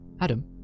Adam